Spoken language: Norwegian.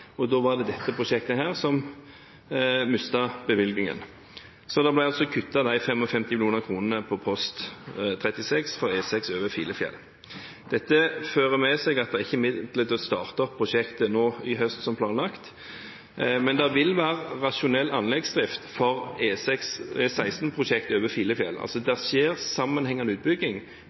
og nedprioritere vei. Da var det dette prosjektet som mistet bevilgningen, så det ble altså kuttet 55 mill. kr på post 36 for E16 over Filefjell. Dette fører med seg at det ikke er midler til å starte opp prosjektet nå i høst, som planlagt, men det vil være rasjonell anleggsdrift for E16-prosjektet over Filefjell. Det skjer sammenhengende utbygging.